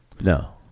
No